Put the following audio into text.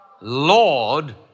Lord